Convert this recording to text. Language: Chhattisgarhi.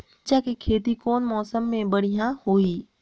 मिरचा के खेती कौन मौसम मे बढ़िया होही?